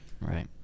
right